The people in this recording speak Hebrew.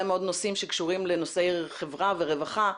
מאוד נושאים שקשורים לנושאי חברה ורווחה,